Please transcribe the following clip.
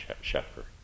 shepherd